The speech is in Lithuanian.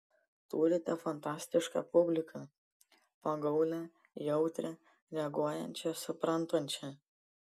turite fantastišką publiką pagaulią jautrią reaguojančią suprantančią